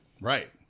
Right